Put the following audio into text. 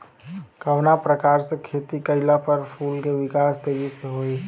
कवना प्रकार से खेती कइला पर फूल के विकास तेजी से होयी?